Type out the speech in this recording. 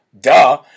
duh